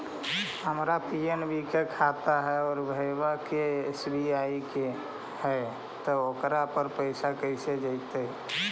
हमर पी.एन.बी के खाता है और भईवा के एस.बी.आई के है त ओकर पर पैसबा कैसे जइतै?